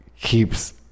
keeps